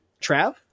Trav